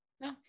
No